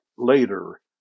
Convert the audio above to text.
later